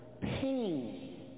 pain